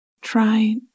try